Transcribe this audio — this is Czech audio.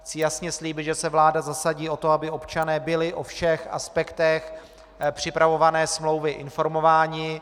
Chci jasně slíbit, že se vláda zasadí o to, aby občané byli o všech aspektech připravované smlouvy informováni.